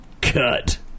Cut